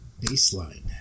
baseline